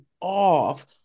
off